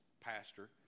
pastor